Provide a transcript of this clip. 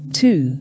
two